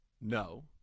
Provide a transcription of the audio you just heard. No